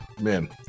Man